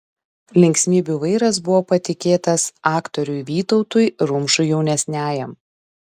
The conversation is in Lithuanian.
linksmybių vairas buvo patikėtas aktoriui vytautui rumšui jaunesniajam